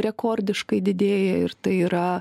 rekordiškai didėja ir tai yra